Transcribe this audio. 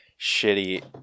shitty